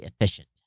efficient